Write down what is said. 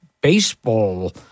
baseball